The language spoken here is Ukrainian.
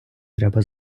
треба